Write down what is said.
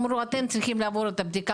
אמרו: אתם צריכים לעבור את הבדיקה